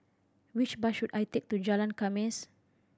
which bus should I take to Jalan Khamis